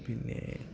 പിന്നെ